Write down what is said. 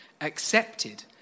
accepted